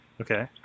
Okay